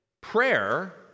prayer